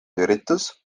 üritus